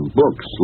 books